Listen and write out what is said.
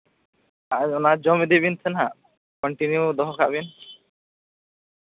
ᱟᱨ ᱚᱱᱟ ᱡᱚᱢ ᱤᱫᱤᱵᱮᱱ ᱥᱮ ᱱᱟᱦᱟᱸᱜ ᱠᱚᱱᱴᱤᱱᱤᱭᱩ ᱫᱚᱦᱚ ᱠᱟᱜ ᱵᱤᱱ